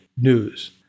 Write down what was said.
news